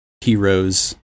heroes